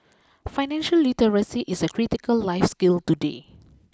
financial literacy is a critical life skill today